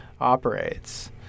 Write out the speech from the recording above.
operates